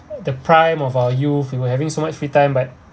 the prime of our youth we were having so much free time but